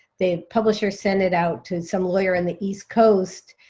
the publisher sent it out to some lawyer in the east coast.